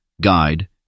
guide